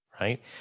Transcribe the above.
right